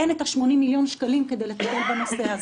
אין את ה-80 מיליון שקלים כדי לטפל בנושא הזה.